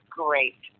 great